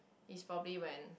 is probably when